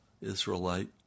Israelite